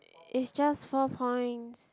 is just four points